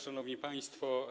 Szanowni Państwo!